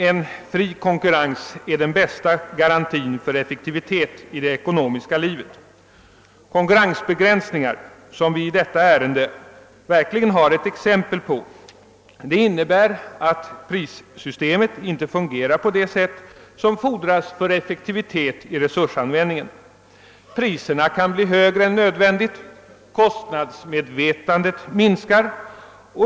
En fri konkurrens är den bästa garantin för effektivitet i det ekonomiska livet. Konkurrensbegränsningar, som vi i detta ärende verkligen har ett exempel på, innebär att prissystemet inte fungerar på det sätt som fordras för effektivitet i resursanvändningen. Priserna kan bli högre än nödvändigt. Kostnadsmedvetandet minskar.